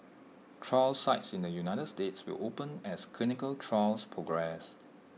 trial sites in the united states will open as clinical trials progress